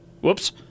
Whoops